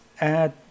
add